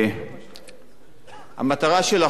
(תיקוני חקיקה) (הוראות שעה) (תיקון מס'